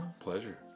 pleasure